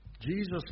Jesus